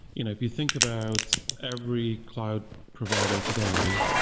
you know if you think about every cloud provider today,